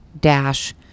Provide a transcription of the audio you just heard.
dash